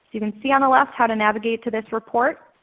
you can see on the left how to navigate to this report,